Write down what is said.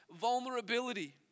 vulnerability